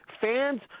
Fans